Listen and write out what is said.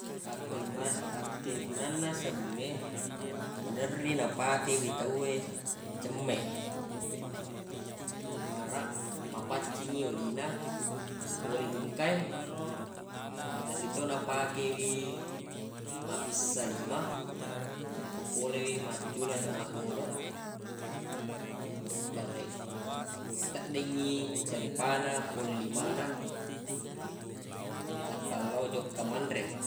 Akkeguga- akkegunanna sabungnge maderri napake wi tawwe cemme baraq mapaccingngi oli na pole bungka e maderri to napake wi mabbissa lima narekko pole wi maccule ato maggoloq bareq teddengngi carepana pole limanna nappa lao jokka manre